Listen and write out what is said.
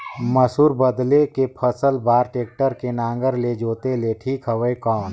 मसूर बदले के फसल बार टेक्टर के नागर ले जोते ले ठीक हवय कौन?